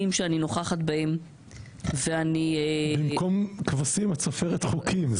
שאני נוכחת בהם --- במקום כבשים את סופרת חוקים.